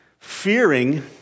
fearing